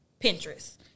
Pinterest